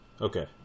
Okay